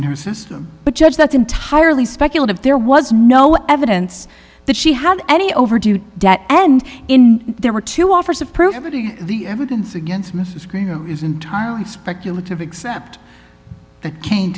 in her system but judge that's entirely speculative there was no evidence that she had any overdue debt and in there were two offers of prove the evidence against mrs green is entirely speculative except that ca